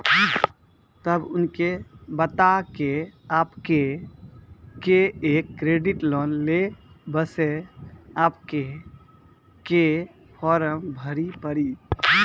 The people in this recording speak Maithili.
तब उनके बता के आपके के एक क्रेडिट लोन ले बसे आपके के फॉर्म भरी पड़ी?